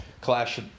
Clash